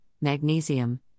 magnesium